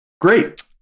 Great